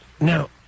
Now